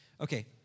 okay